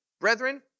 brethren